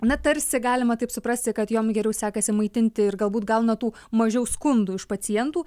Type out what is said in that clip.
na tarsi galima taip suprasti kad jom geriau sekasi maitinti ir galbūt gauna tų mažiau skundų iš pacientų